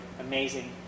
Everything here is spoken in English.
amazing